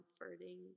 comforting